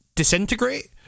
Disintegrate